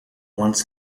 wants